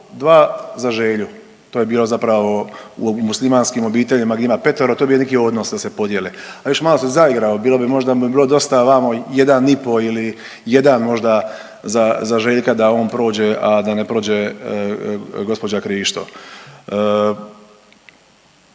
dva za Želju. To je bilo zapravo u muslimanskim obiteljima gdje ima petoro to je bio neki odnos da se podijele. Al još malo se zaigrao bilo bi možda bi bilo dosta 1 i po ili 1 možda za Željka da on prođe, a da ne prođe gospođa Krišto.